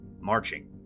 marching